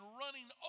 running